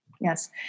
Yes